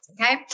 Okay